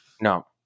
No